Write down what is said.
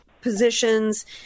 positions